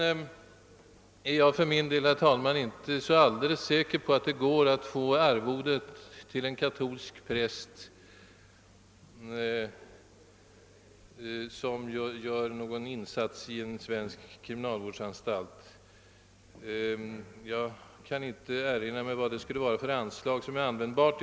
Får jag tillägga att jag för min del inte är så säker på att det går att få arvode till en katolsk präst som gör någon själavårdande insats på en svensk kriminalvårdsanstalt. Jag kan inte erinra mig vad det kan finnas för anslag som skulle kunna användas till det.